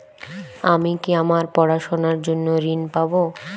আমি কি আমার পড়াশোনার জন্য ঋণ পাব?